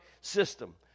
system